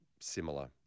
similar